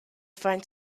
find